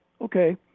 Okay